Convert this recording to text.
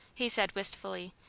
he said wistfully,